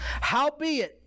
Howbeit